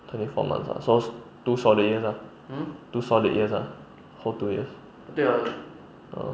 twenty four months ah so two soild years ah two solid years ah whole two years um